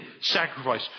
sacrifice